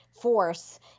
force